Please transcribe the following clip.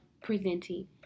presenting